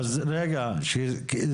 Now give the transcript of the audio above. הממשלה צריכה להחליט.